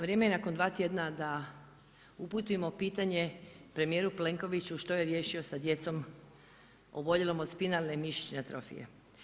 Vrijeme je nakon dva tjedna da uputimo pitanje premijeru Plenkoviću što je riješio sa djecom oboljelom od spinalne mišićne atrofije.